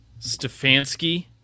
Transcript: Stefanski